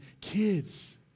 kids